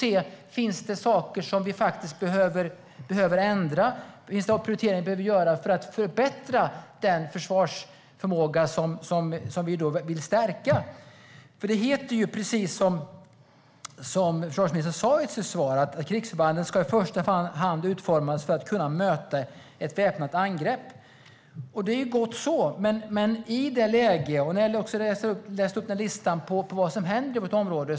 Vi måste se om det finns saker som vi behöver ändra och någon prioritering vi behöver göra för att förbättra den försvarsförmåga som vi vill stärka. Det heter ju, precis som försvarsministern sa i sitt svar, att krigsförbanden i första hand ska utformas för att kunna möta ett väpnat angrepp. Det är gott så. Jag läste upp en lista på vad som händer i vårt område.